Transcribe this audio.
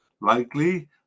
likely